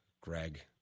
greg